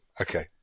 Okay